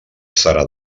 serà